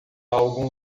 algum